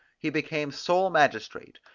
he became sole magistrate,